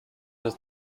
does